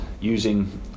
using